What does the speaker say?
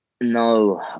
no